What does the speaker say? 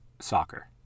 soccer